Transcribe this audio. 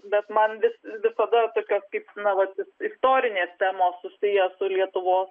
bet man vis visada tokios kaip na vat istorinės temos susiję su lietuvos